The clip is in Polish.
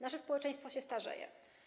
Nasze społeczeństwo się starzeje.